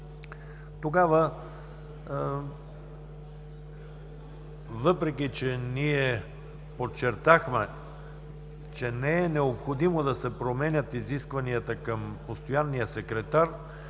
Тогава, въпреки че ние подчертахме, че не е необходимо да се променят изискванията към постоянния секретар,